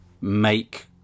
make